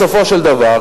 בסופו של דבר,